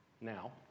now